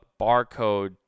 barcode